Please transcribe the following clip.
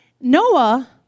Noah